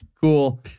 Cool